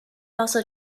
also